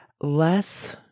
less